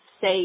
say